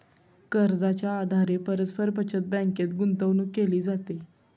कर्जाच्या आधारे परस्पर बचत बँकेत गुंतवणूक केली जाते